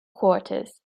quarters